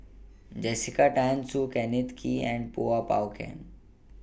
Jessica Tan Soon Kenneth Kee and Kuo Pao Kun